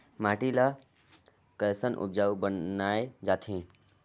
माटी ला कैसन उपजाऊ बनाय जाथे?